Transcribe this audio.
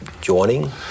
joining